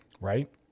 right